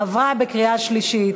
עברה בקריאה שלישית.